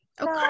Okay